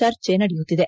ಚರ್ಚೆ ನಡೆಯುತ್ತಿದೆ